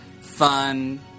fun